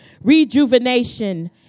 rejuvenation